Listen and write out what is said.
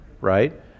right